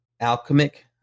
alchemic